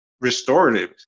restorative